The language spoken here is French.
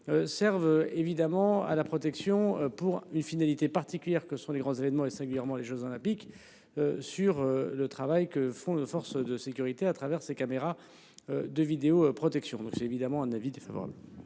Serve évidemment à la protection pour une finalité particulière que sont les grands événements et singulièrement les Jeux olympiques. Sur le travail que font nos forces de sécurité à travers ses caméras. De vidéo protection, donc c'est évidemment un avis défavorable.